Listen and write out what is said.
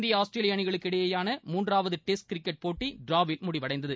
India Australia அனிகளுக்கு இடையேயாள மூன்றாவது டெஸ்ட் கிரிக்கெட் போட்டி டிராவில் முடிவடைந்தது